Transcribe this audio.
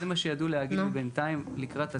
זה מה שידעו להגיד לי בינתיים, לקראת הדיון.